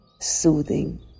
soothing